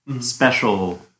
special